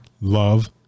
love